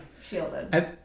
shielded